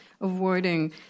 avoiding